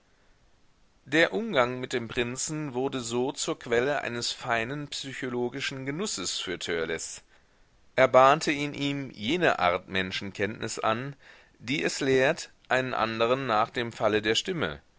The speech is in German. der umgang mit dem prinzen wurde so zur quelle eines feinen psychologischen genusses für törleß er bahnte in ihm jene art menschenkenntnis an die es lehrt einen anderen nach dem falle der stimme